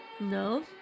No